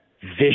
vision